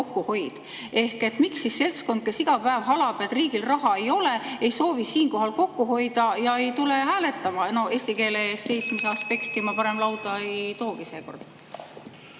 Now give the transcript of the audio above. Miks siis seltskond, kes iga päev halab, et riigil raha ei ole, ei soovi siinkohal kokku hoida ja ei tule [saali poolt] hääletama? Eesti keele eest seismise aspekti ma parem lauda ei toogi seekord.